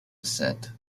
descent